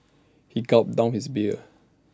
he gulped down his beer